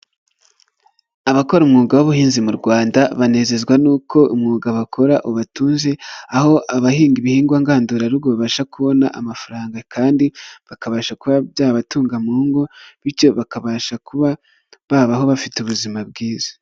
Abakora umwuga w'ubuhinzi mu Rwanda banezezwa nuko umwuga bakora ubatunze, aho abahinga ibihingwa ngandurarugo babasha kubona amafaranga kandi bakabasha kuba byabatunga mu ngo bityo bakabasha kuba babaho bafite ubuzima bwiza.